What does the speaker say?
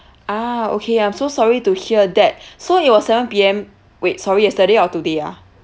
ah okay I'm so sorry to hear that so it was seven P_M wait sorry yesterday or today ah